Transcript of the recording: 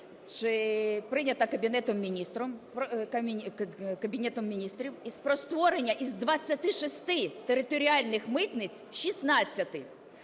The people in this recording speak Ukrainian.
прийнята Кабінетом Міністрів, про створення із 26 територіальних митниць 16.